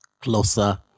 closer